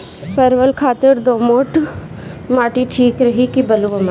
परवल खातिर दोमट माटी ठीक रही कि बलुआ माटी?